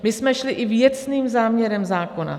My jsme šli i věcným záměrem zákona.